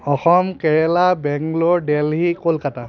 Assam Kerala Bangalore Delhi Kolkata